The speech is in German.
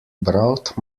braucht